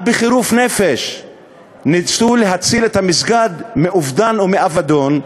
בחירוף נפש ניסו להציל את המסגד מאובדן או מאבדון,